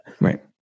Right